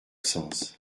sens